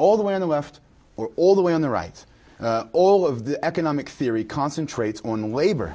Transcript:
all the way on the left or all the way on the right all of the economic theory concentrates on labor